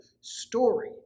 story